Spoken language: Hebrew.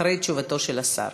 אחרי תשובתו של השר.